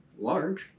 large